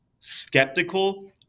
skeptical